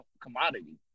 commodity